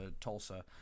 Tulsa